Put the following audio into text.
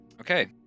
Okay